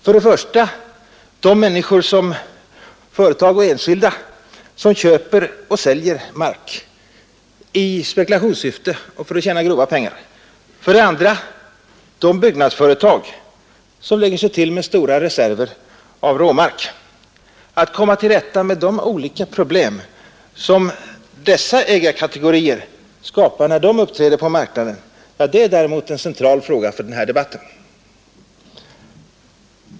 För det första är det de företag och enskilda som köper och säljer mark i spekulationssyfte och för att tjäna grova pengar, för det andra de byggnadsföretag som lägger sig till med stora reserver av råmark. Att komma till rätta med de olika problem som dessa ägarkategorier skapar när de uppträder på marknaden är en central fråga för den här debatten.